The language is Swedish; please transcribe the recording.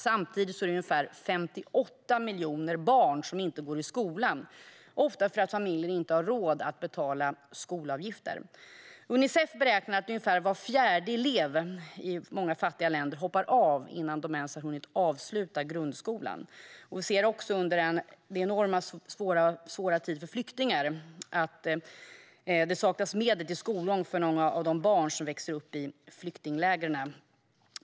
Samtidigt är det ungefär 58 miljoner barn som inte går i skolan, ofta för att familjen inte har råd att betala skolavgifter. Unicef beräknar att i många fattiga länder hoppar ungefär var fjärde elev av innan de ens har hunnit avsluta grundskolan. Vi ser också i dessa enormt svåra tider för flyktingar att det saknas medel till skolgång för många av de barn som växer upp i flyktingläger.